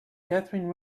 catherine